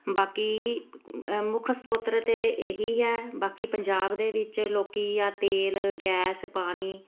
ਬਾਕੀ ਮੁੱਖ ਸਰੋਤਰ ਤਾਂ ਇਹੀ ਹੈ ਬਾਕੀ ਪੰਜਾਬ ਦੇ ਵਿੱਚ ਲੋਕ ਆ ਤੇਲ ਗੈਸ ਪਾਣੀ